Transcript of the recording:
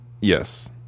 yes